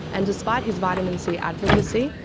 and despite his vitamin c advocacy,